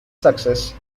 success